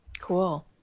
Cool